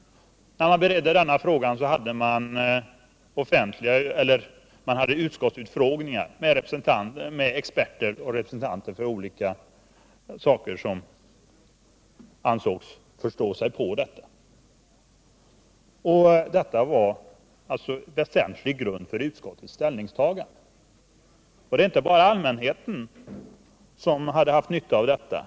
När man beredde den frågan hade man utskottsutfrågningar med experter och representanter för olika områden, som ansågs förstå sig på detta. Det som anfördes var en väsentlig grund för utskottets ställningstagande. Inte bara allmänheten hade haft nytta av att få uppgift om vad som då sades.